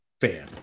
fair